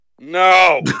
No